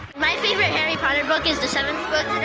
my favorite harry potter book is the seventh book.